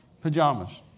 pajamas